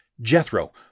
Jethro